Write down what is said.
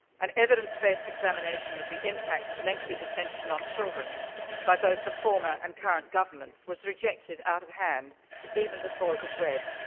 an evidence based examination of the impact of lengthy detention on children by both the former and current governments, was rejected out of hand even before it was read.